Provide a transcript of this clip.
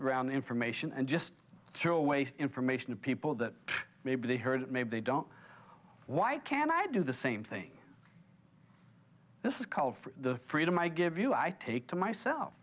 around information and just throw away information to people that maybe they heard maybe they don't why can't i do the same thing this is called for the freedom i give you i take to myself